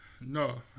No